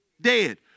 dead